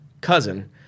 cousin